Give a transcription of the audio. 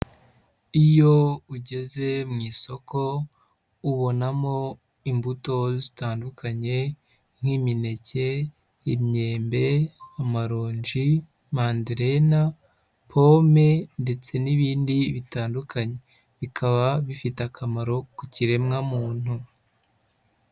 Iyo ugeze mu isoko ubonamo imbuto zitandukanye nk'imineke, imyembe, amaronji, manderena, pome ndetse n'ibindi bitandukanye, bikaba bifite akamaro ku kiremwa muntu.